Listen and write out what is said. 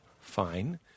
Fine